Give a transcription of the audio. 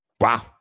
Wow